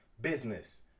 business